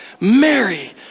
Mary